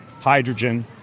hydrogen